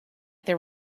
there